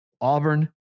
Auburn